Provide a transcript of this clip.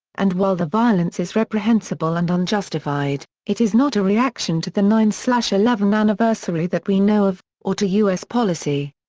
and while the violence is reprehensible and unjustified, it is not a reaction to the nine eleven anniversary that we know of, or to u s. policy.